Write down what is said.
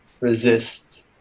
resist